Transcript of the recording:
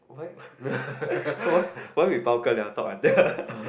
why why we bao ka liao talk until